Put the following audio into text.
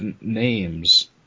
names